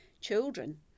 children